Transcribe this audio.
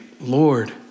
Lord